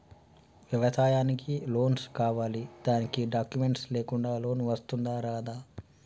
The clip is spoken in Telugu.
వ్యవసాయానికి లోన్స్ కావాలి దానికి డాక్యుమెంట్స్ లేకుండా లోన్ వస్తుందా రాదా?